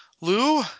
lou